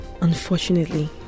Unfortunately